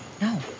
No